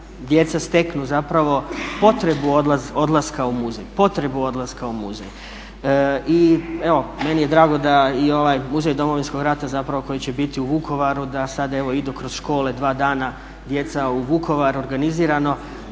odlaska u muzej, potrebu odlaska u muzej. I evo meni je drago da i ovaj Muzej Domovinskog rata zapravo koji će biti u Vukovaru da sad evo idu kroz škole dva dana djeca u Vukovar organizirano